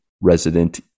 Resident